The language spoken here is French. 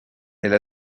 elle